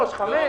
חמש?